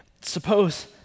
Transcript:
Suppose